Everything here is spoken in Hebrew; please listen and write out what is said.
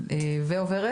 ועוברת